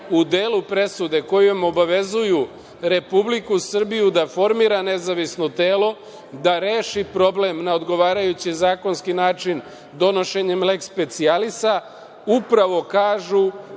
u delu presude kojom obavezuju Republiku Srbiju da formira nezavisno telo, da reši problem na odgovarajući zakonski način, donošenjem leks specijalisa, upravo kažu